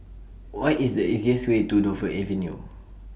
What IS The easiest Way to Dover Avenue